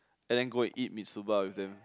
and then go and eat Mitsuba with them